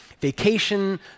vacation